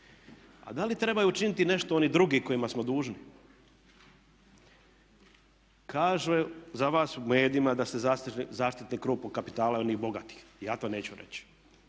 A da li trebaju učiniti i nešto oni drugi kojima smo dužni? Kaže za vas u medijima da ste zaštitni …/Govornik se ne razumije./… kapitala i onih bogatih. Ja to neću reći,